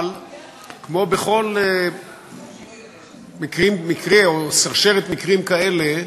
אבל כמו בכל מקרה, או שרשרת מקרים כאלה,